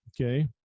okay